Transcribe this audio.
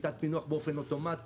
שיטת הפענוח היא באופן אוטומטי.